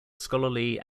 scholarly